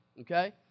okay